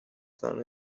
son